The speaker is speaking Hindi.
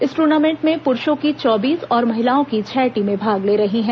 इस टूर्नामेंट में पुरुषों की चौबीस और महिलाओं की छह टीमें भाग ले रही हैं